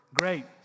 Great